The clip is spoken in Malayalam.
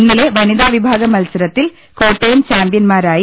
ഇന്നലെ വനിതാ വിഭാഗം മത്സ രത്തിൽ കോട്ടയം ചാമ്പ്യൻമാരായി